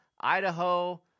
Idaho